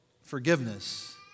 forgiveness